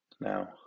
now